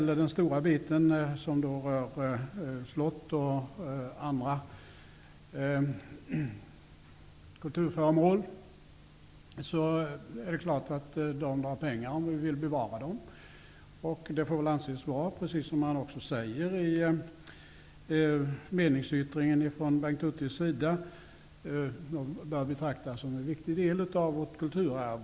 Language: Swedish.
Det är klart att slott och andra kulturföremål drar pengar, om vi vill bevara dem. De bör, precis som man också säger i meningsyttringen från Bengt Hurtigs sida, betraktas som en viktig del av vårt kulturarv.